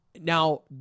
Now